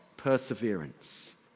Perseverance